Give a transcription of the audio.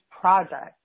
Project